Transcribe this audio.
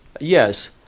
yes